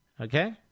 Okay